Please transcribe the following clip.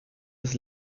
das